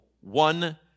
one